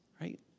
Right